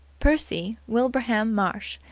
percy wilbraham marsh,